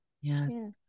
yes